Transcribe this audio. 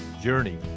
journey